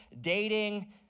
dating